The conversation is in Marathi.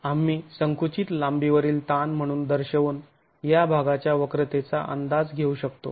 आम्ही संकुचीत लांबीवरील ताण म्हणून दर्शवून या भागाच्या वक्रतेचा अंदाज घेऊ शकतो